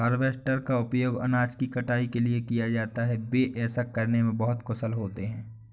harvester का उपयोग अनाज की कटाई के लिए किया जाता है, वे ऐसा करने में बहुत कुशल होते हैं